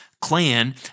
clan